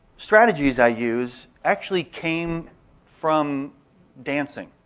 strategies i use actually came from dancing.